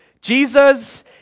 jesus